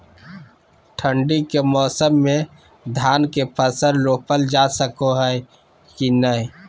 ठंडी के मौसम में धान के फसल रोपल जा सको है कि नय?